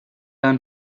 learn